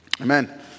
amen